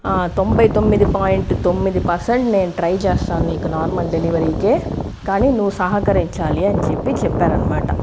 తొంభై తొమ్మిది పాయింట్ తొమ్మిది పర్సెంట్ నేను ట్రై చేస్తాను నీకు నార్మల్ డెలివరీకే కానీ నువ్వు సహకరించాలి అని చెప్పి చెప్పారన్నమాట